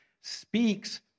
speaks